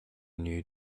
new